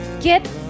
get